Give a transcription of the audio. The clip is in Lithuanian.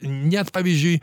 net pavyzdžiui